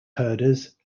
herders